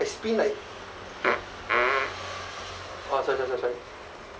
I spin like oh sorry sorry sorry